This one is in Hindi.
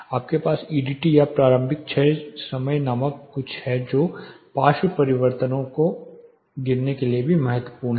आपके पास EDT या प्रारंभिक क्षय समय नामक कुछ है जो पार्श्व परिवर्तनों को गिनने के लिए भी महत्वपूर्ण है